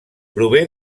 prové